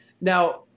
Now